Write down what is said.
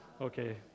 okay